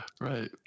Right